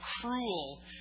cruel